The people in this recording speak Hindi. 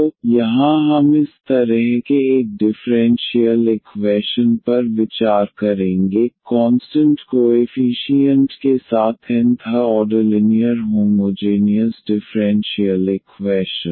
तो यहां हम इस तरह के एक डिफ़्रेंशियल इक्वैशन पर विचार करेंगे कॉन्सटंट कोएफीशीयन्ट के साथ nth order linear homogeneous differential equation